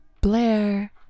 Blair